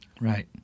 Right